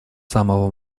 самого